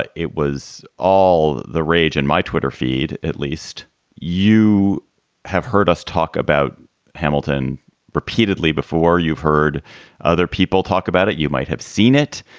it it was all the rage in my twitter feed. at least you have heard us talk about hamilton repeatedly before. you've heard other people talk about it. you might have seen it.